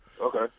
Okay